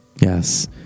Yes